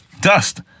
Dust